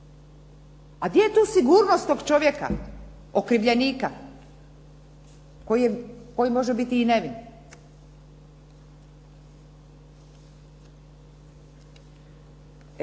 A gdje je tu sigurnost tog čovjeka? Okrivljenika, koji može biti i nevin?